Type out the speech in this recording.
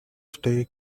stay